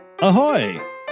Ahoy